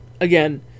again